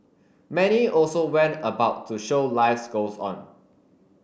many also went about to show lives goes on